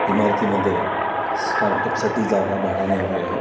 इमारतीमध्ये स्टारटपसाठी जागा भाड्याने हवी आहे